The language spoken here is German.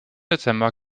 dezember